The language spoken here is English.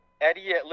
Eddie